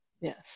yes